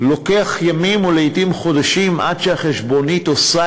לוקח ימים ולעתים חודשים עד שהחשבונית עושה